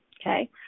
Okay